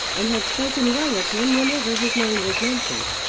and had spoken well of him whenever his name was mentioned.